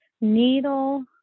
needle